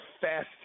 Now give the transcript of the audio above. fast